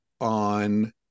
on